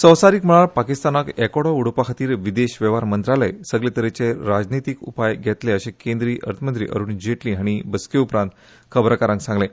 संवसारिक मळार पाकिस्तानाक एकोडो उडोवपाखातीर विदेश वेव्हार मंत्रालय सगले तरेचे राजनीतिक उपाय घेतले अशे केंद्रीय अर्थमंत्री अरुण जेटली हाणी बसके उपरांत खबराकारांक सांगले